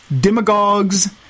demagogues